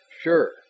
Sure